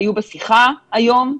בשיחה היום,